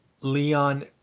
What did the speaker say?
Leon